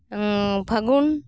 ᱯᱷᱟᱜᱩᱱ